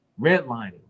redlining